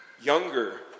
younger